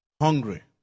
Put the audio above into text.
hungry